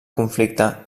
conflicte